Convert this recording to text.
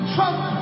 Trump